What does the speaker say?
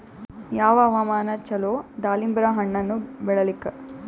ಯಾವ ಹವಾಮಾನ ಚಲೋ ದಾಲಿಂಬರ ಹಣ್ಣನ್ನ ಬೆಳಿಲಿಕ?